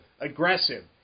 aggressive